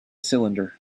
cylinder